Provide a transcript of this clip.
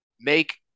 make